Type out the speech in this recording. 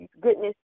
goodness